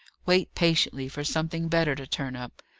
wait patiently for something better to turn up.